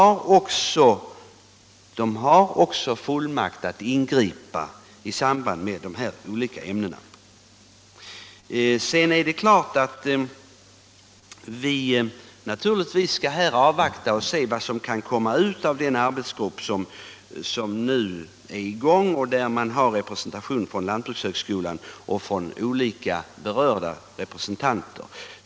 De har också fullmakt att ingripa i samband med användning av dessa olika ämnen. Sedan skall vi naturligtvis avvakta och se vad som kan komma ut av den arbetsgrupp som nu är i verksamhet och där man har representation från lantbrukshögskolan och från olika berörda parter.